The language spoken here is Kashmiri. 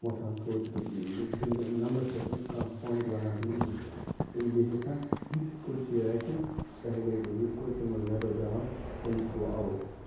وۄتھان تھوٚد تہٕ کُنہِ نَمبرَس پٮ۪ٹھ کانہہ پویِنٹ وَنان تِمن سُہ بِہِو سہ یُس کُرسی رٹہِ سُہ ہٮ۪کہِ رٔٹِتھ یُس کُرسی منٛز نیبر درٛاو تٔمِس سُہ گوٚو اَوُٹ